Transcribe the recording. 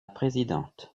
présidente